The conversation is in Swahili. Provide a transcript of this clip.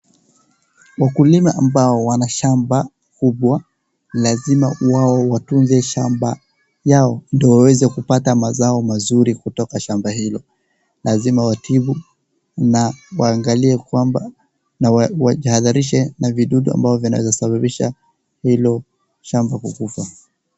Mkulima ambao wana shamba kubwa lazima wao watuze shamba yao ndio waweze kupata mazao mazuri kutoka shamba hilo, lazima watibu na waangalie kwamba na wajihadharishe na vidudu ambao vinaweza sababisha hilo shamba kukufa.